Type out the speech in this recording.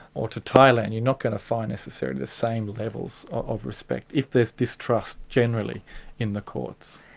or to thailand, you're not going to find necessarily the same levels of respect if there is distrust generally in the courts.